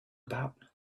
about